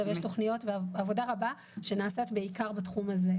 ויש תוכניות ועבודה רבה שנעשית בעיקר בתחום הזה.